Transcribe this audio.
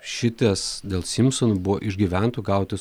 šitas dėl simpsonų buvo iš gyventojų gautas